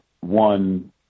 one